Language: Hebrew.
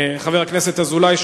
חבר הכנסת אזולאי,